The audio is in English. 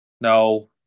No